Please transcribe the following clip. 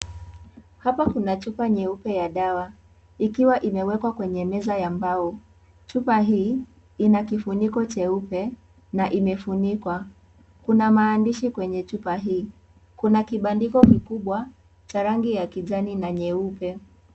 Hapa kuna chupa nyeupe ya dawa ikiwa imewekwa kwenye meza ya mbao. Chupa hii, ina kifuniko cheupe na imefunikwa. Kuna maandishi kwenye chupa hii. Kuna kibandiko kikubwa cha rangi ya kijani na nyeupe.